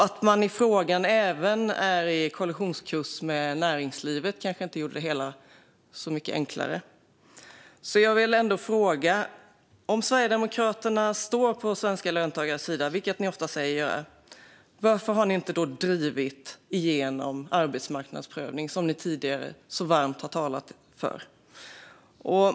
Att man i frågan även är på kollisionskurs med näringslivet kanske inte gör det hela så mycket enklare. Jag vill ändå fråga: Om Sverigedemokraterna står på svenska löntagares sida, vilket ni ofta säger er göra, varför har ni då inte drivit igenom den arbetsmarknadsprövning som ni tidigare talat så varmt för?